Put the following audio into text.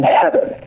heaven